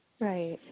Right